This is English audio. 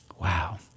wow